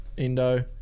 indo